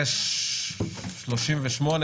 ב-11.38,